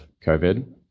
COVID